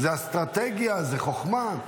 זו אסטרטגיה, זו חוכמה.